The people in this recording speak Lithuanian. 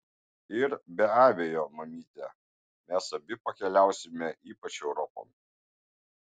ir be abejo mamyte mes abi pakeliausime ypač europon